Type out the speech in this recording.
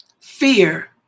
fear